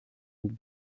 und